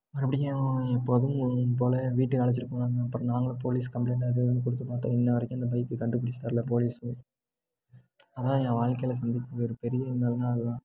மறுபடியும் எப்போதும்போல் வீட்டுக்கு அழைச்சிட்டு போனாங்கள் அப்புறம் நாங்களும் போலீஸ் கம்ப்ளைண்ட் அது இதுன்னு கொடுத்து பார்த்தோம் இன்ன வரைக்கும் இந்த பைக்கை கண்டுபிடிச்சி தரல போலீஸ்ஸு அதுதான் என் வாழ்க்கைல சந்தித்த ஒரு பெரிய இன்னல்னால் அது தான்